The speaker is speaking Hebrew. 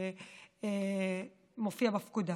מופיע בפקודה,